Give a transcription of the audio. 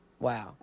Wow